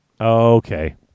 Okay